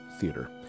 theater